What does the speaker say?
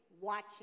watching